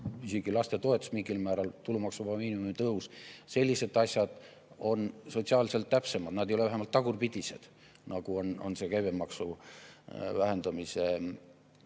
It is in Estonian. isegi lastetoetus mingil määral, tulumaksuvaba miinimumi tõus on sotsiaalselt täpsemad. Nad ei ole vähemalt tagurpidised, nagu on see käibemaksu vähendamise